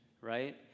right